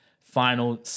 final